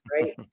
right